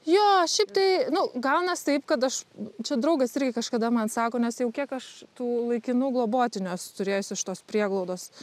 jo šiaip tai nu gaunas taip kad aš čia draugas irgi kažkada man sako nes jau kiek aš tų laikinų globotinių esu turėjus iš tos prieglaudos